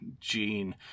Gene